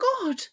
God